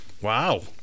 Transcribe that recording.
wow